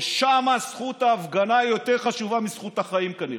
ששם זכות ההפגנה יותר חשובה מזכות החיים, כנראה.